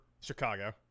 chicago